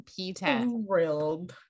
P10